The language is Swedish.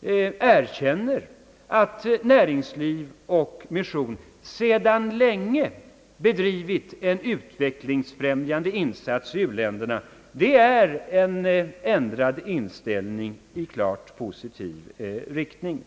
erkänner att näringsliv och mission sedan länge bedri vit en utvecklingsfrämjande insats i u-länderna är en ändrad inställning i klart positiv riktning.